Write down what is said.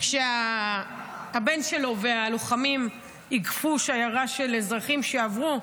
שכשהבן שלו והלוחמים איגפו שיירה של אזרחים שעברו,